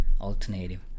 alternative